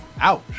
Ouch